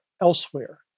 elsewhere